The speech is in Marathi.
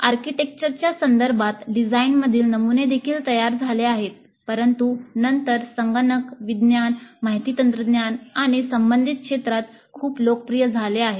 आर्किटेक्चरच्या संदर्भात डिझाइनमधील नमुने देखील तयार झाले आहेत परंतु नंतर संगणक विज्ञान माहिती तंत्रज्ञान आणि संबंधित क्षेत्रात खूप लोकप्रिय झाले आहेत